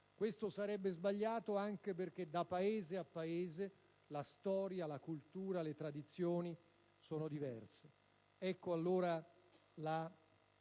Sarebbe sbagliato, anche perché, da Paese a Paese, la storia, la cultura e le tradizioni sono diverse. Vi è allora la